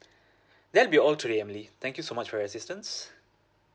that'll be all today emily thank you so much for your assistance